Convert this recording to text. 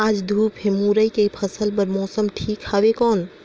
आज धूप हे मुरई के फसल बार मौसम ठीक हवय कौन?